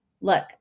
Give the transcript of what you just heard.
look